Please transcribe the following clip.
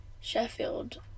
Sheffield